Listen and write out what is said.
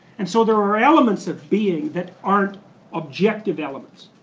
and so there are elements of being that aren't objective elements.